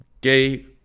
gay